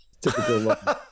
Typical